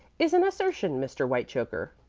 is an assertion, mr. whitechoker,